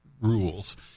rules